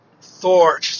Thor